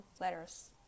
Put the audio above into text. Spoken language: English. letters